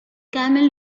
camel